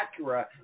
Acura